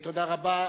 תודה רבה.